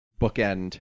bookend